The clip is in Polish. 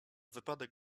wypadek